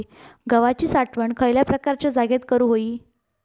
गव्हाची साठवण खयल्या प्रकारच्या जागेत करू होई?